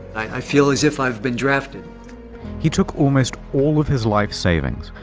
i feel as if i've been drafted he took almost all of his life savings,